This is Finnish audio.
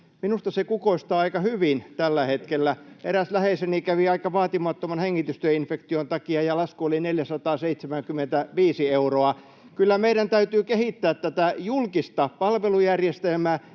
Minusta se kukoistaa aika hyvin tällä hetkellä. Eräs läheiseni kävi aika vaatimattoman hengitystieinfektion takia, ja lasku oli 475 euroa. Kyllä meidän täytyy kehittää tätä julkista palvelujärjestelmää.